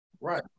Right